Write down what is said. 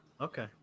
Okay